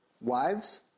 Wives